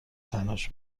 تنهاش